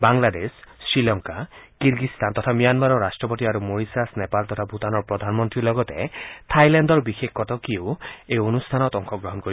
Bangladesh Sri Lanka Kyrgyzstan তথা ম্যানমাৰৰ ৰট্টপতিৰ আৰু মৰিচাচ নেপাল আৰু ভুটানৰ প্ৰধানমন্ত্ৰীৰ লগতে থাইলেণ্ডৰ বিশেষ কটকীয়েও এই অনষ্ঠানত অংশগ্ৰহণ কৰিব